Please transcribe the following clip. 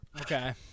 Okay